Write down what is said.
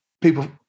people